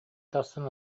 тахсан